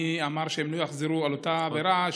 מי אמר שהם לא יחזרו על אותה עברה שוב?